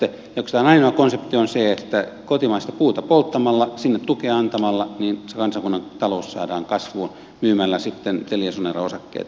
oikeastaan ainoa konsepti on se että kotimaista puuta polttamalla sinne tukea antamalla kansakunnan talous saadaan kasvuun myymällä sitten teliasoneran osakkeita